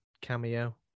cameo